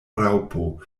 raŭpo